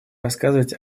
рассказывать